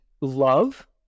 love